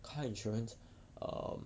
car insurance um